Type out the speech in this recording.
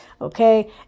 Okay